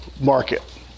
market